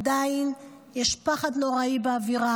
עדיין יש פחד נוראי באוויר,